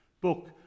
book